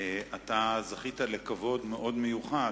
אתה זכית לכבוד מאוד מיוחד,